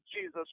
Jesus